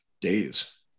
days